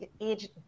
age